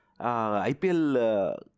IPL